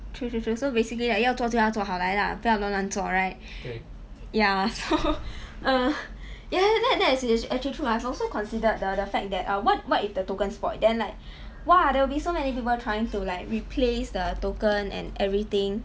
true true true so basically is like 要做东西就做好来 lah 不要乱乱做 right ya so err ya that that is actually true I've also considered the the fact that uh what what if the token spoilt then like !wah! there will be so many people trying to like replace the token and everything